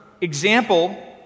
example